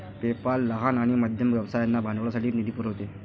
PayPal लहान आणि मध्यम व्यवसायांना भांडवलासाठी निधी पुरवते